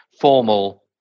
formal